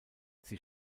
sie